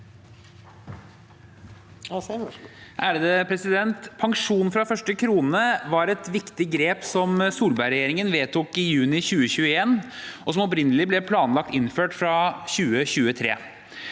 Asheim (H) Pensjon fra første krone var et viktig grep som Solberg-regjeringen fikk vedtatt i juni 2021, og som opprinnelig ble planlagt innført fra 2023.